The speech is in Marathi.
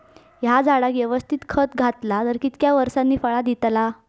हया झाडाक यवस्तित खत घातला तर कितक्या वरसांनी फळा दीताला?